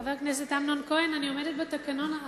חבר הכנסת אמנון כהן, אני עומדת בתקנון.